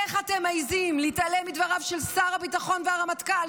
איך אתם מעיזים להתעלם מדבריו של שר הביטחון והרמטכ"ל,